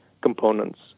components